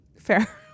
Fair